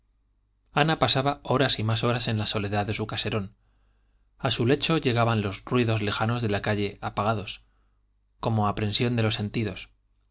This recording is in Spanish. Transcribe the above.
ana pasaba horas y más horas en la soledad de su caserón a su lecho llegaban los ruidos lejanos de la calle apagados como aprensión de los sentidos